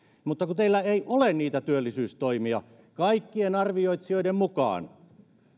mutta kun teillä ei ole niitä työllisyystoimia kaikkien arvioitsijoiden mukaan